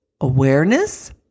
awareness